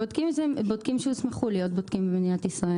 הבודקים שהוסמכו להיות בודקים במדינת ישראל.